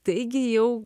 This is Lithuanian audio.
taigi jau